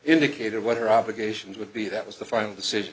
indicated what her obligations would be that was the final decision